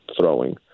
throwing